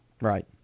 Right